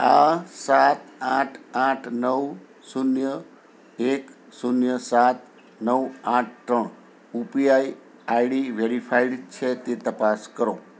આ સાત આઠ આઠ નવ શૂન્ય એક શૂન્ય સાત નવ આઠ ત્રણ યુપીઆઈ આઈડી વેરીફાઈડ છે તે તપાસ કરો